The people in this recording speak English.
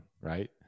right